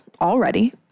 already